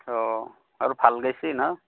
অঁ আৰু ভাল গাইছে ন